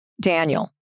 Daniel